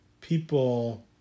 people